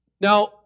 Now